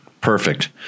Perfect